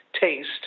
taste